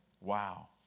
Wow